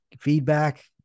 feedback